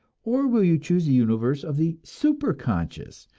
or will you choose the universe of the superconscious,